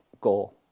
goal